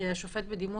השופט בדימוס,